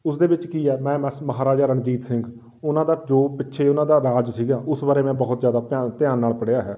ਉਸਦੇ ਵਿੱਚ ਕੀ ਹੈ ਮੈਂ ਮਸ ਮਹਾਰਾਜਾ ਰਣਜੀਤ ਸਿੰਘ ਉਹਨਾਂ ਦਾ ਜੋ ਪਿੱਛੇ ਉਹਨਾਂ ਦਾ ਰਾਜ ਸੀਗਾ ਉਸ ਬਾਰੇ ਮੈਂ ਬਹੁਤ ਜ਼ਿਆਦਾ ਧਿਆ ਧਿਆਨ ਨਾਲ ਪੜ੍ਹਿਆ ਹੈ